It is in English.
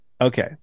Okay